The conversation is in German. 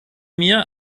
mir